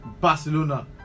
Barcelona